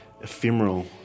ephemeral